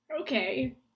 Okay